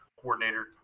coordinator